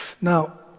Now